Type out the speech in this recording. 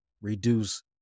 reduce